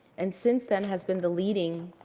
and since then has been the leading